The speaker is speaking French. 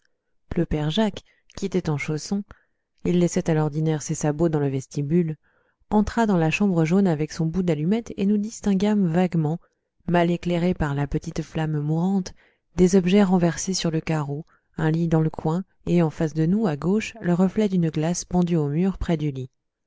le père jacques qui était en chaussons il laissait à l'ordinaire ses sabots dans le vestibule entra dans la chambre jaune avec son bout d'allumette et nous distinguâmes vaguement mal éclairés par la petite flamme mourante des objets renversés sur le carreau un lit dans le coin et en face de nous à gauche le reflet d'une glace pendue au mur près du lit